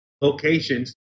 locations